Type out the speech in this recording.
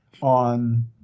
on